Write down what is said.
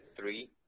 three